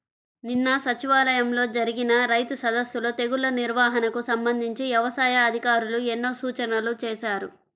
నిన్న సచివాలయంలో జరిగిన రైతు సదస్సులో తెగుల్ల నిర్వహణకు సంబంధించి యవసాయ అధికారులు ఎన్నో సూచనలు చేశారు